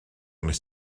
nes